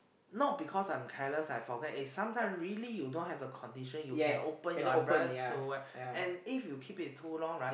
not because I am careless I forget is sometime really you don't have the condition you can open your umbrella so wet and if you keep it too long right